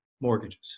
mortgages